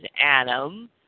Adam